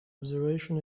observation